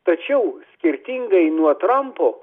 tačiau skirtingai nuo trampo